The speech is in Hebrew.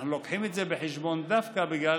אנחנו מביאים את זה בחשבון דווקא בגלל